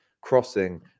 crossing